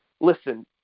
Listen